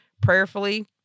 prayerfully